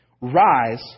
rise